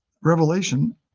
revelation